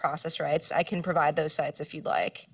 process rights i can provide those sites if you'd like